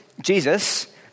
Jesus